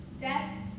death